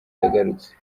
agarutse